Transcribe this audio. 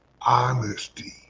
honesty